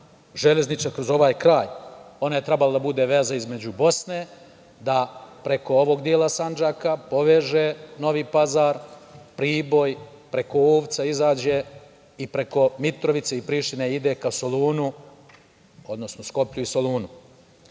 železnica kroz ovaj kraj. Ona je trebala da bude veza između Bosne i da preko ovog dela Sandžaka poveže Novi Pazar, Priboj, preko Uvca izađe i preko Mitrovice i Prištine ide ka Solunu, odnosno Skoplju i Solunu.U